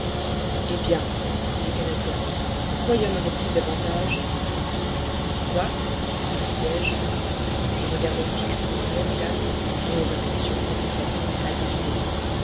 eh bien dit le canadien pourquoi y en aurait-il davantage pourquoi répliquai-je je regardai fixement ned land dont les intentions étaient faciles à deviner